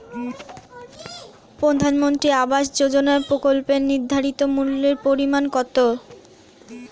প্রধানমন্ত্রী আবাস যোজনার প্রকল্পের নির্ধারিত মূল্যে পরিমাণ কত?